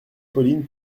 pauline